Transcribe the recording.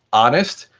honest,